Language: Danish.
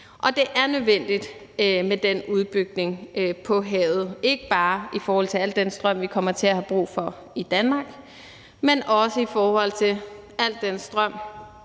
Og det er nødvendigt med den udbygning på havet ikke bare i forhold til al den strøm, vi kommer til at få brug for i Danmark, men også i forhold til al den strøm